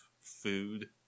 food